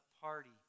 party